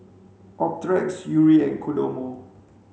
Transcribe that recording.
Optrex Yuri and Kodomo